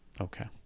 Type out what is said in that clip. Okay